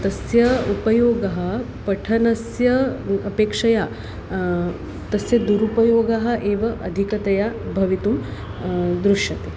तस्य उपयोगः पठनस्य अपेक्षया तस्य दुरुपयोगः एव अधिकतया भवितुं दृश्यते